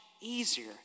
easier